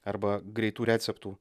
arba greitų receptų